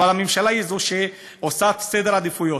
אבל הממשלה היא זו שעושה סדר עדיפויות.